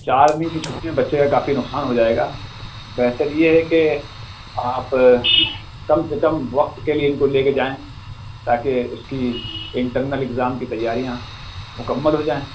چار دِن کی چُھٹیاں بچے کا کافی نقصان ہو جائے گا بہتر یہ ہے کہ آپ کم سے کم وقت کے لئے اِن کو لے کے جائیں تاکہ اُس کی انٹرنل اگزام کی تیاریاں مکمل ہو جائیں